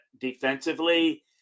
defensively